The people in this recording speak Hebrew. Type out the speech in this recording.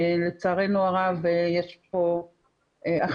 לצערנו הרב, יש פה אכיפה,